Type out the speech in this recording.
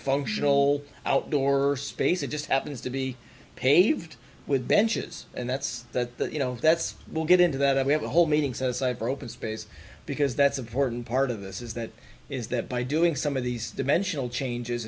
functional outdoor space it just happens to be paved with benches and that's that you know that's we'll get into that we have to hold meetings as i've broken space because that's important part of this is that is that by doing some of these dimensional changes